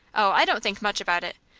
oh, i don't think much about it.